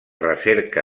recerca